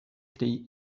krei